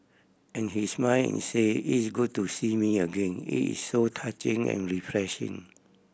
and he smile and say is good to see me again it is so touching and refreshing